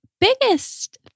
biggest